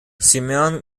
simone